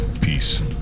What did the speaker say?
Peace